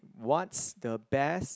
what's the best